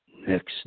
next